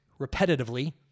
repetitively